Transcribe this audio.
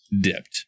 dipped